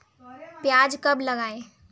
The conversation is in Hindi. प्याज कब लगाएँ?